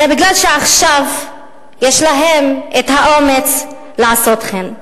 זה מפני שעכשיו יש להם האומץ לעשות כן.